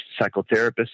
psychotherapists